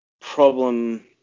problem